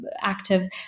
active